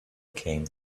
came